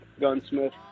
gunsmith